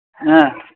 हा